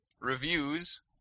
reviews